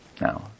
Now